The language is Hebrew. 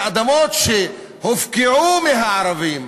האדמות שהופקעו מהערבים,